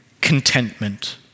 contentment